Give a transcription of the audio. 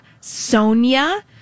sonia